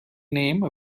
name